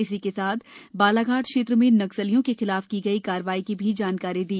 इसी के साथ बालाघाट क्षेत्र में नक्सलियों के खिलाफ की गई कार्यवाही की जानकारी भी दी